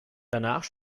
danach